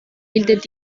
bildet